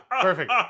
perfect